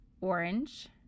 orange